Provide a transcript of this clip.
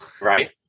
Right